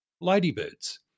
ladybirds